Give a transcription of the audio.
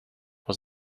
was